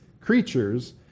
creatures